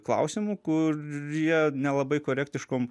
klausimų kurie nelabai korektiškom